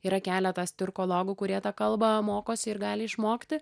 yra keletas tiurkologų kurie tą kalbą mokosi ir gali išmokti